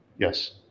Yes